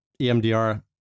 EMDR